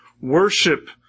worship